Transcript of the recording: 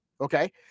Okay